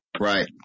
Right